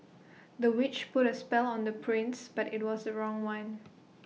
the witch put A spell on the prince but IT was the wrong one